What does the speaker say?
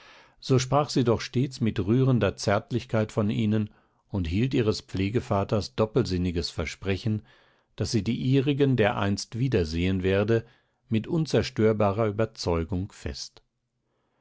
so sprach sie doch stets mit rührender zärtlichkeit von ihnen und hielt ihres pflegevaters doppelsinniges versprechen daß sie die ihrigen dereinst wiedersehen werde mit unzerstörbarer ueberzeugung fest